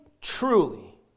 truly